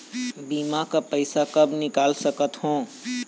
बीमा का पैसा कब निकाल सकत हो?